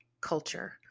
culture